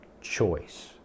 choice